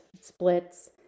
splits